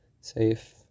safe